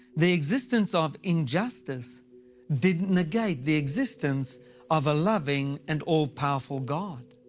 the existence of injustice didn't negate the existence of a loving and all-powerful god.